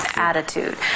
attitude